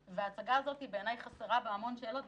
ההצגה הזאת בעיניי חסרות בה המון שאלות.